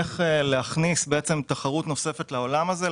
איך להכניס תחרות נוספת לעולם הזה,